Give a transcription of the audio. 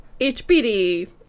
HBD